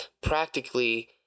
practically